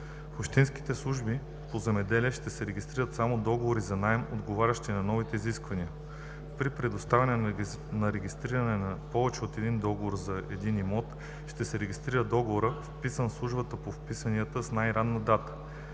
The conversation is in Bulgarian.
В общинската служба по земеделие ще се регистрират само договори за наем, отговарящи на новите изисквания. При предоставянето за регистриране на повече от един договор за един имот, ще се регистрира договорът, вписан в службата по вписванията с най-ранна дата.